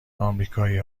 آمریکایی